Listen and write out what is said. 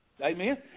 Amen